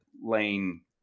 lane